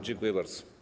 Dziękuję bardzo.